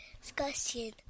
Discussion